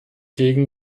gegen